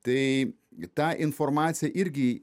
tai ta informacija irgi